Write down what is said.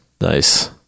nice